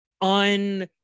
on